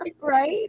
Right